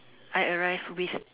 I arrived with